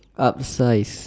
up size